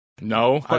No